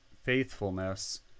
faithfulness